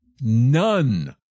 none